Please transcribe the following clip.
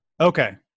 Okay